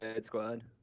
Squad